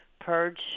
purge